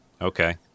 Okay